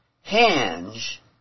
hinge